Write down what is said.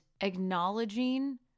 acknowledging